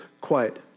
quiet